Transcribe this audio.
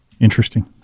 Interesting